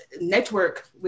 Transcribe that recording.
network